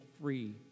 free